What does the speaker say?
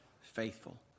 faithful